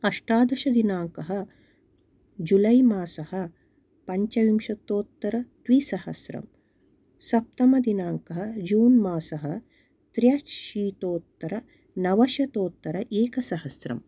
अष्टादशदिनाङ्कः जुलैमासः पञ्चविंशतोत्तरद्विसहस्रम् सप्तमदिनाङ्कः जून् मासः त्र्यशीतोत्तरनवशतोत्तर एकसहस्रम्